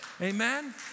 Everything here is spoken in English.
Amen